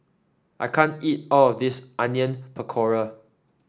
I can't eat all of this Onion Pakora